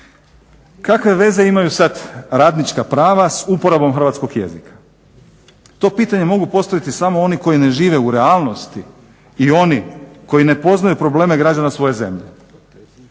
Kakve veze imaju sad radnička prava s uporabom hrvatskog jezika. To pitanje mogu postaviti samo oni koji ne žive u realnosti i oni koji ne poznaju probleme građana svoje zemlje.